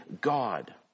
God